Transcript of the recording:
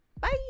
Bye